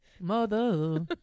Mother